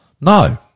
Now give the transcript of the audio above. No